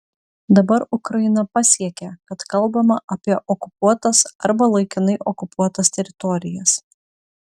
dabar ukraina pasiekė kad kalbama apie okupuotas arba laikinai okupuotas teritorijas